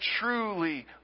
truly